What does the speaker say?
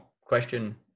question